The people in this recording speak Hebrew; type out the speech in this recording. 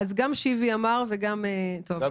דבר